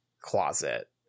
closet